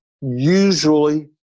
usually